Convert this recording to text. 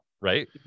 right